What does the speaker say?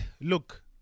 Look